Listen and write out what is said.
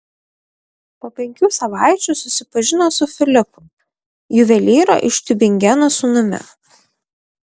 po penkių savaičių susipažino su filipu juvelyro iš tiubingeno sūnumi